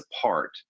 apart